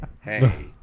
Hey